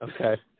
Okay